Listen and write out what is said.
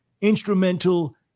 instrumental